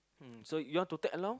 um so you want to tag along